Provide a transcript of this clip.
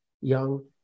young